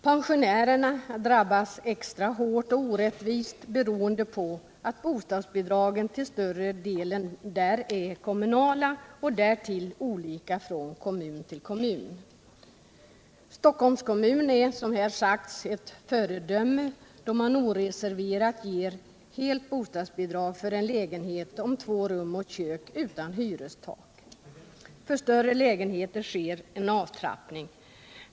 Pensionärerna drabbas extra hårt och orättvist beroende på att bostadsbidragen till större delen är kommunala och därtill olika från kommun till kommun. Stockholms kommun är, som här sagts, ett föredöme, då man oreserverat ger helt bostadsbidrag utan hyrestak för en lägenhet om två rum och kök. För större lägenheter sker en avtrappning.